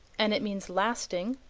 and it means lasting,